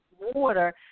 water